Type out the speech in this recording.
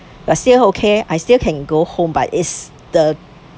last year okay I still can go home but it's the